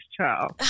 child